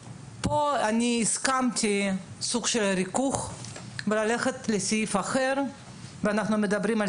לסוג של ריכוך ללכת לסעיף אחר ואנחנו מדברים על